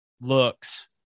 looks